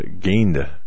gained